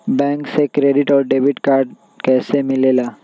Bank से credit और debit card कैसी मिलेला?